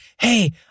hey